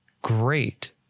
great